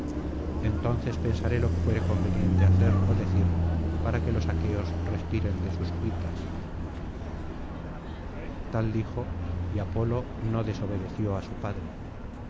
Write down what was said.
entonces pensaré lo que fuere conveniente hacer ó decir para que los aqueos respiren de sus cuitas tal dijo y apolo no desobedeció á su padre